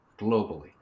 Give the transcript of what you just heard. globally